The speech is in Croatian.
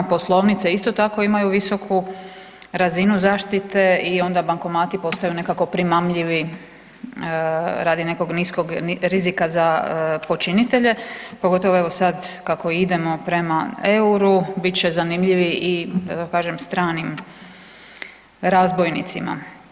Poslovnice isto tako imaju visoku razinu zaštite i onda bankomati postaju nekako primamljivi radi nekog niskog rizika za počinitelje pogotovo evo sad kako idemo prema EUR-u bit će zanimljivi i da tako kažem stranim razbojnicima.